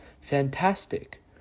Fantastic